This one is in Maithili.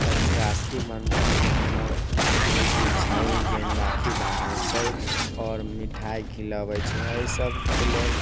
आओर राखी बन्धनमे हमर दीदी छै जौन राखी बान्है छै आओर मिठाइ खिलाबै छै एहि सबके लेल